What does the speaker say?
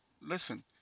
Listen